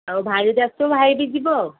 ଆଉ ଭାଇ ଯଦି ଆସିଥିବ ଭାଇ ବି ଯିବ ଆଉ